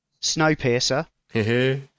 Snowpiercer